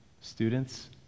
students